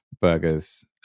burgers